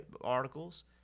articles